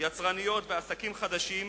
יצרניות ועסקים חדשים,